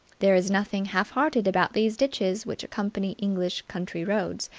there is nothing half-hearted about these ditches which accompany english country roads.